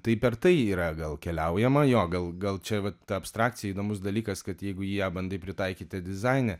tai per tai yra gal keliaujama jo gal gal čia vat abstrakcija įdomus dalykas kad jeigu ją bandai pritaikyti dizaine